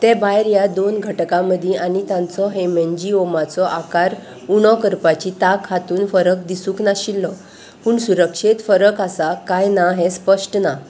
ते भायर ह्या दोन घटकां मदीं आनी तांचो हे मेनजी ओमाचो आकार उणो करपाची ताक हातून फरक दिसूंक नाशिल्लो पूण सुरक्षेंत फरक आसा काय ना हें स्पश्ट ना